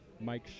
Mike